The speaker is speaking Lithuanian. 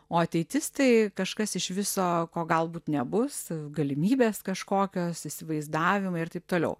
o ateitis tai kažkas iš viso ko galbūt nebus galimybės kažkokios įsivaizdavimai ir taip toliau